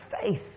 faith